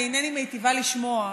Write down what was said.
אני אינני מיטיבה לשמוע,